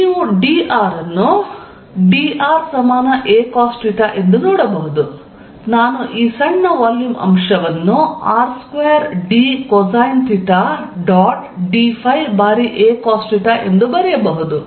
ಆದ್ದರಿಂದ ನೀವು dr ಅನ್ನು dracos θ ಎಂದು ನೋಡಬಹುದು ಆದ್ದರಿಂದ ನಾನು ಈ ಸಣ್ಣ ವಾಲ್ಯೂಮ್ ಅಂಶವನ್ನು R2d ಕೋಸ್ಯೆನ್ ಥೆಟಾ dϕ ಬಾರಿ acosθ ಎಂದು ಬರೆಯಬಹುದು